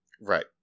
Right